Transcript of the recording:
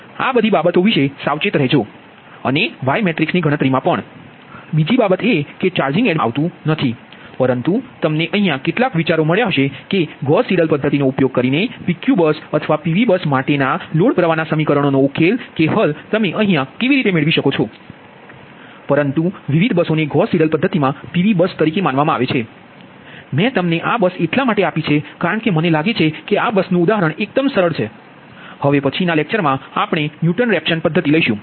તેથી આ બધી બાબતો વિશે સાવચેત રહો અને Y મેટ્રિક્સની ગણતરીમા પણ બીજી બાબત એ કે ચાર્જિંગ એડમિટન્સ ને ધ્યાનમાં લેવા મા આવતું નથી પરંતુ તમને અહીયા કેટલાક વિચારો મળ્યાં હશે કે ગૌસ સીડેલ પદ્ધતિનો ઉપયોગ કરીને PQ બસ અથવા PV બસ માટેના લોડપ્રવાહના સમીકરણો નો ઉકેલ કે હલ તમે કેવી રીતે મેળવી શકો છો પરંતુ વિવિધ બસોને ગૌસ સીડેલ પદ્ધતિ માં PV બસો તરીકે માનવામાં આવે છે પરંતુ મેં તમને આ બસ એટલા માટે આપી છે કારણ કે મને લાગે છે કે આ બસનુ ઉદાહરણ એકદમ સરળ છે હવે પછી આપણે ન્યુટન રેફસન પદ્ધતિ લઈશું